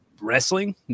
wrestling